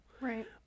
Right